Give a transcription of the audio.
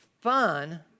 fun